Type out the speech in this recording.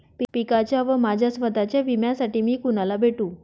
पिकाच्या व माझ्या स्वत:च्या विम्यासाठी मी कुणाला भेटू?